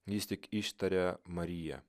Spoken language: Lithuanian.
jis tik ištaria marija